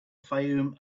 fayoum